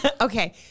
Okay